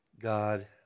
God